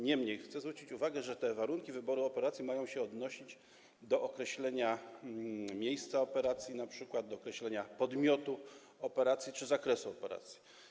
Niemniej jednak chcę zwrócić uwagę, że te warunki wyboru operacji mają się odnosić do określenia miejsca operacji, np. do określenia podmiotu operacji czy zakresu operacji.